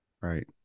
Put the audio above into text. Right